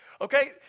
Okay